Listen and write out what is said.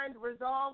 resolve